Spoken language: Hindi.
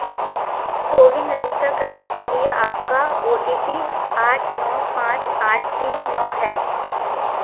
कोविन रजिस्टर करने के लिए आपका ओ टी पी आठ नौ पाँच आठ तीन नौ है